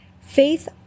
Faith